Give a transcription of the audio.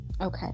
Okay